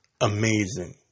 amazing